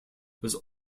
was